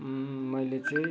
मैले चाहिँ